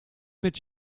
met